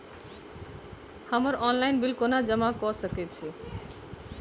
हम्मर online bill कोना जमा कऽ सकय छी?